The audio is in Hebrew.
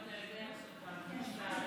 אתה יודע שבגרסה הראשונה,